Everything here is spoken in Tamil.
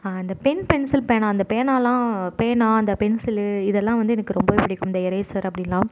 அந்த பென் பென்சில் பேனா அந்த பேனாலாம் பேனா அந்த பென்சிலு இதெல்லாம் வந்து எனக்கு ரொம்பவே பிடிக்கும் இந்த எரேசர் அப்படின்லாம்